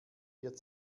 wird